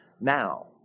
Now